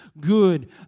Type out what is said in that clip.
good